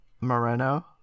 Moreno